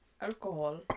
alcohol